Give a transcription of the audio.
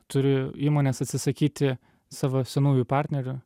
turi įmonės atsisakyti savo senųjų partnerių